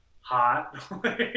hot